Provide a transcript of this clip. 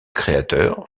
créateur